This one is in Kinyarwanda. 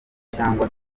cyangwa